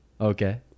Okay